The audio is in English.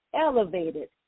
Elevated